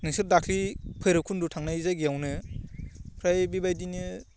नोंसोर दाख्लि बैरबकुन्द' थांनाय जायगायावनो आमफ्राय बेबायदिनो